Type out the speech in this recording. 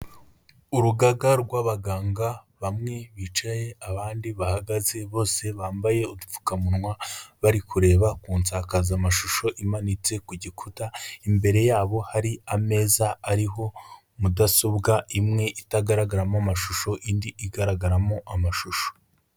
Urugaga rw'abaganga bamwe bicaye abandi bahagaze, bose bambaye udupfukamunwa bari kureba kunsakazamashusho imanitse ku gikuta, imbere yabo hari ameza ariho mudasobwa imwe itagaragaramo amashusho, indi igaragaramo amashusho.